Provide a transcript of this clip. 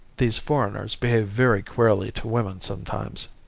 these foreigners behave very queerly to women sometimes.